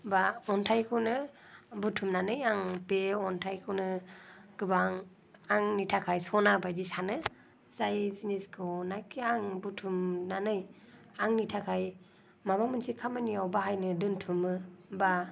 बा अन्थाइखौनो बुथुमनानै आं बे अन्थाइखौनो गोबां आंनि थाखाय सना बायदि सानो जाय जिनिसखौ नाखि आं बुथुमनानै आंनि थाखाय माबा मोनसे खामानिआव बाहायनो थाखाय दोनथुमो बा